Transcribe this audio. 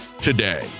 today